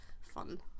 fun